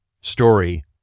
story